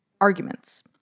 arguments